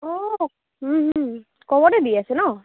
অঁ কমতে দি আছে ন